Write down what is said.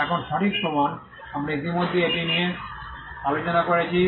এখন সঠিক প্রমাণ আমরা ইতিমধ্যে এটি নিয়ে আলোচনা করেছি